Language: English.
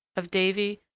of davy,